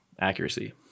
accuracy